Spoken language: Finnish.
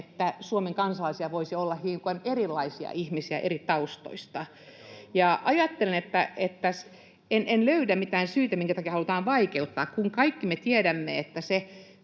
että Suomen kansalaisina voisi olla hiukan erilaisia ihmisiä eri taustoista? [Juho Eerola: Ei tästäkään ollut puhe!] Ajattelen, että en löydä mitään syytä, minkä takia halutaan tätä vaikeuttaa, kun kaikki me tiedämme, että se